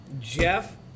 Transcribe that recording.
Jeff